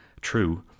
true